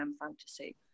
fantasy